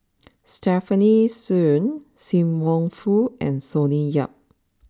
Stefanie Sun Sim Wong Hoo and Sonny Yap